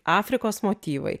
afrikos motyvai